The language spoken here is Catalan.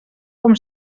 com